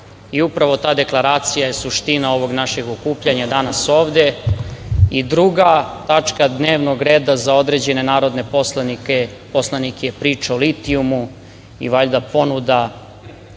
i upravo ta deklaracija je suština ovog našeg okupljanja danas ovde. Druga tačka dnevnog reda za određene narodne poslanike je priča o litijumu i valjda ponuda